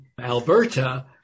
Alberta